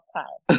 time